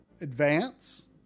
Advance